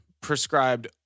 prescribed